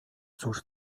cóż